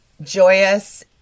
joyous